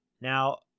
now